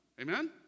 Amen